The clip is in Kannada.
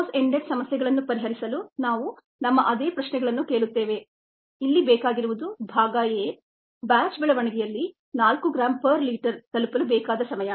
ಕ್ಲೋಸ್ ಎಂಡ್ ಸಮಸ್ಯೆಗಳನ್ನು ಪರಿಹರಿಸಲು ನಾವು ನಮ್ಮ ಅದೇ ಪ್ರಶ್ನೆಗಳನ್ನು ಕೇಳುತ್ತೇವೆ ಇಲ್ಲಿ ಬೇಕಾಗಿರುವುದು ಭಾಗ a ಬ್ಯಾಚ್ ಬೆಳವಣಿಗೆಯಲ್ಲಿ 4 ಗ್ರಾಂ ಪರ್ ಲೀಟರ್ ತಲುಪಲು ಬೇಕಾದ ಸಮಯ